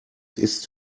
ist